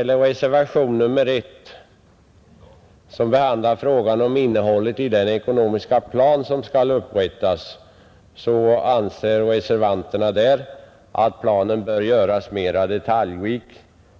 I reservationen 1, som behandlar frågan om innehållet i den ekonomiska plan som skall upprättas, framhåller reservanterna att planen bör göras mer detaljrik